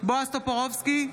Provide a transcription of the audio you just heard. בועז טופורובסקי,